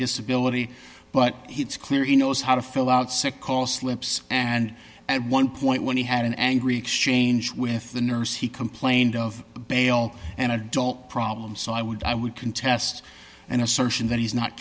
disability but he it's clear he knows how to fill out sick call slips and at one point when he had an angry exchange with the nurse he complained of bail and adult problems so i would i would contest an assertion that he's not